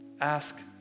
Ask